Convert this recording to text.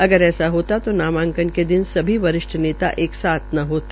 अगर ऐसा होता तो नामांकन के दिन सभी वरिष्ठ नेता एक साथ न होते